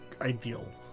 ideal